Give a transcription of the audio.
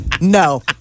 No